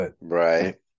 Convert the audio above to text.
Right